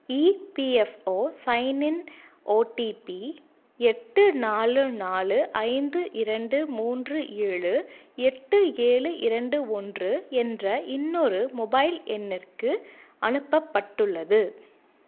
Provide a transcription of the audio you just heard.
EPFO சைனின் OTP எட்டு நாலு நாலு ஐந்து இரண்டு மூன்று ஏழு எட்டு ஏழு இரண்டு ஒன்று என்ற இன்னொரு மொபைல் எண்ணிற்கு அனுப்பப்பட்டுள்ளது